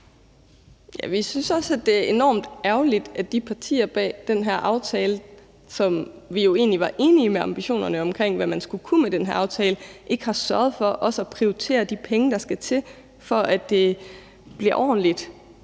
Vi synes også, at det er enormt ærgerligt, at de partier bag den her aftale, hvor vi jo egentlig var enige i ambitionerne om, hvad man skulle kunne med den her aftale, ikke har sørget for også at prioritere de penge, der skal til, for at det bliver ordentligt,